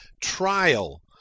trial